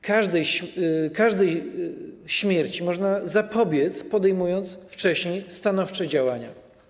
Każdej śmierci można zapobiec, podejmując wcześniej stanowcze działania.